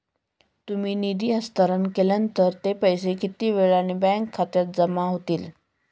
तुम्ही निधी हस्तांतरण केल्यावर ते पैसे किती वेळाने बँक खात्यात जमा होतील?